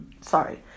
sorry